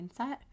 mindset